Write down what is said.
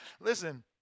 Listen